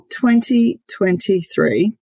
2023